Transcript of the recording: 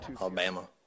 Alabama